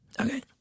Okay